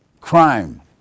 crime